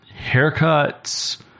haircuts